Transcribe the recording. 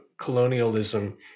colonialism